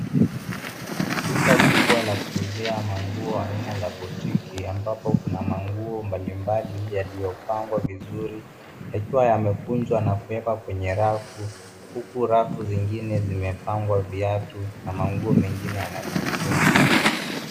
Duka kubwa la kuuzia manguo aina la boutique ambapo kuna manguo mbalimbali yaliyopangwa vizuri yakiwa yamekunjwa na kuwekwa kwenye rafu huku rafu zingine zimepangwa viatu na manguo mengine yananing'inia.